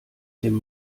dem